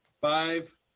Five